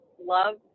love